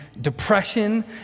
depression